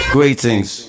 Greetings